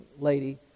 lady